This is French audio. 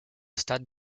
stade